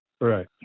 Right